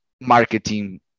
marketing